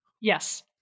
Yes